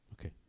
Okay